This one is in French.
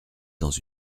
dans